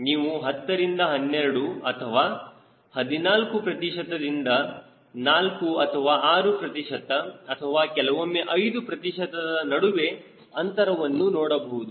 ನೀವು 10 ರಿಂದ 12 ಅಥವಾ 14 ಪ್ರತಿಶತ ದಿಂದ 4 ಅಥವಾ 6 ಪ್ರತಿಶತ ಅಥವಾ ಕೆಲವೊಮ್ಮೆ 5 ಪ್ರತಿಶತದ ನಡುವಿನ ಅಂತರವನ್ನು ನೋಡಬಹುದು